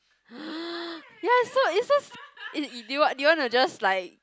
ya is so is so y~ do you want do you want to just like